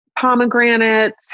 Pomegranates